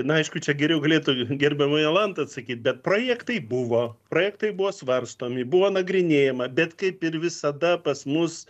na aišku čia geriau galėtų gerbiama jolanta atsakyt bet projektai buvo projektai buvo svarstomi buvo nagrinėjama bet kaip ir visada pas mus